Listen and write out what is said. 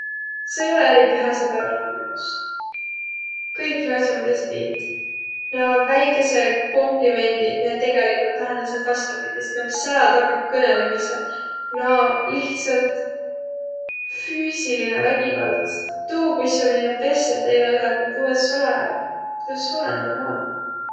Sa ei olõq eriti hää sõbõr olnuq muq jaos. Kõik naaq as'aq, midä sa tiit, naaq väikeseq komplimendiq, miä tegelikult tähendäseq vastapidist, naaq sälä takah kõnõlõmisõq, naaq lihtsält füüsiline vägivald. Tuu, kuis sa minno pesset eelä õdagu, tuu es olõq, tuu es oleq normaalnõ.